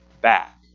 back